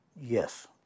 yes